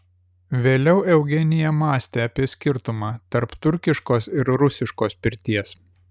vėliau eugenija mąstė apie skirtumą tarp turkiškos ir rusiškos pirties